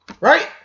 right